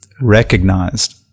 recognized